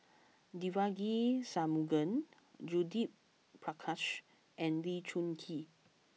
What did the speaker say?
Devagi Sanmugam Judith Prakash and Lee Choon Kee